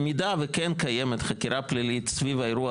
במידה וכן קיימת חקירה פלילית סביב האירוע